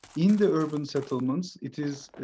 in the urban settlements, it is